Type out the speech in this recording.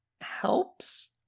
helps